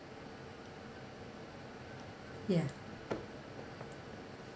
ya